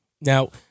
Now